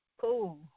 cool